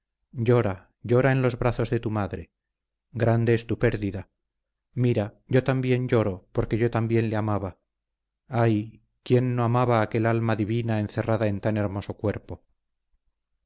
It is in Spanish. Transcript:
llora llora en los brazos de tu madre grande es tu pérdida mira yo también lloro porque yo también le amaba ay quién no amaba aquel alma divina encerrada en tan hermoso cuerpo